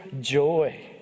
joy